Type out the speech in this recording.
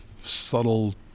subtle